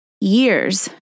years